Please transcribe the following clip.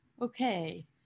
okay